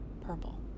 Purple